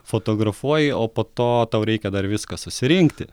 fotografuoji o po to tau reikia dar viską susirinkti